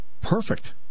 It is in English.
perfect